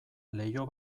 leiho